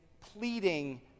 pleading